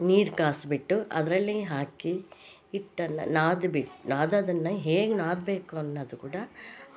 ನೀರು ಕಾಸು ಬಿಟ್ಟು ಅದರಲ್ಲಿ ಹಾಕಿ ಹಿಟ್ಟನ್ನ ನಾದ್ಬಿ ನಾದೋದನ್ನ ಹೇಗೆ ನಾದಬೇಕು ಅನ್ನೋದು ಕೂಡ